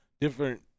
different